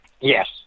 Yes